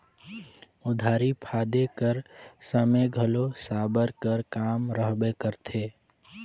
दउंरी फादे कर समे घलो साबर कर काम रहबे करथे